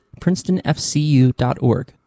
princetonfcu.org